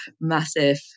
massive